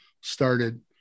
started